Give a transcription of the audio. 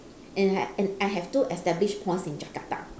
and I had and I have two established points in jakarta